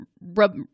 rub